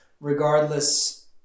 regardless